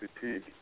fatigue